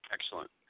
Excellent